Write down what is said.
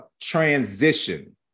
Transition